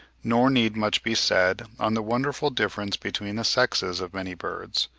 nor need much be said on the wonderful difference between the sexes of many birds.